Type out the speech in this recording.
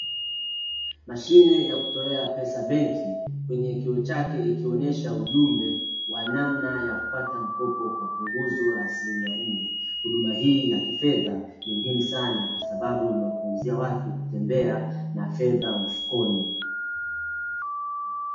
Mashine ya kutolea pesa benki, kwenye kioo chake ikionesha ujumbe wa namna ya kupata mkopo kwa punguzo la asilimia nne. Huduma hii ya kifedha ni muhimu sana kwasababu imewapunguzia watu kutembea na fedha mfukoni.